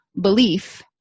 belief